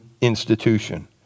institution